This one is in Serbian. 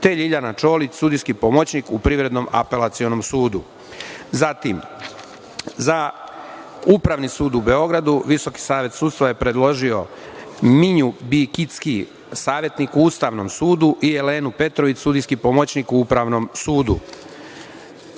te, Ljiljana Čolić, sudijski pomoćnik u Privrednom apelacionom sudu. Zatim, za Upravni sud u Beogradu Visoki savet sudstva je predložio Minju Bikicki, savetnik u Ustavnom sudu, i Elenu Petrović, sudijski pomoćnik u Upravnom sudu.Za